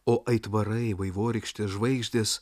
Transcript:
o aitvarai vaivorykštės žvaigždės